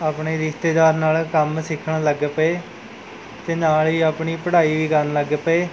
ਆਪਣੇ ਰਿਸ਼ਤੇਦਾਰ ਨਾਲ਼ ਕੰਮ ਸਿੱਖਣ ਲੱਗ ਪਏ ਅਤੇ ਨਾਲ਼ ਹੀ ਆਪਣੀ ਪੜ੍ਹਾਈ ਵੀ ਕਰਨ ਲੱਗ ਪਏ